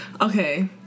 Okay